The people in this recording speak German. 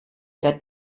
der